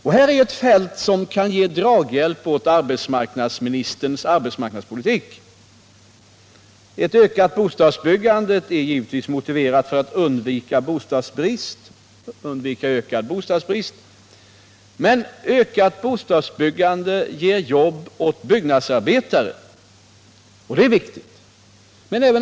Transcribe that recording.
Och här är ett fält som kan ge draghjälp åt arbetsmarknadsministerns arbetsmarknadspolitik. Ett ökat bostadsbyggande är givetvis motiverat för att undvika ökad bostadsbrist. Men ökat bostadsbyggande ger också jobb åt byggnadsarbetare, och det är viktigt.